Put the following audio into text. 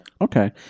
okay